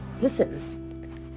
listen